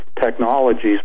technologies